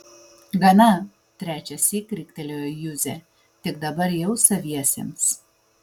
gana trečiąsyk riktelėjo juzė tik dabar jau saviesiems